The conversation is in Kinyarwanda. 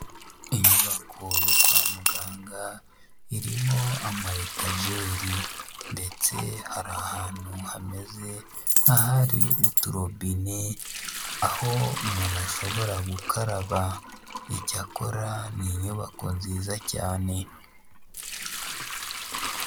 Inyubako yo kwa muganga irimo ama etajeri ndetse hari ahantu hameze nk'ahari uturobine, aho umuntu ashobora gukaraba, icyakora ni inyubako nziza cyane.